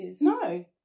No